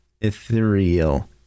Ethereal